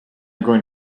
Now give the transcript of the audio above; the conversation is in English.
going